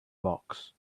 box